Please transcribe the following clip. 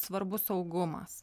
svarbu saugumas